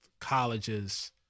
colleges